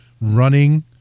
running